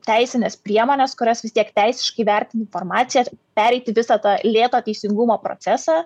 teisines priemones kurios vis tiek teisiškai vertina informaciją pereiti visą tą lėto teisingumo procesą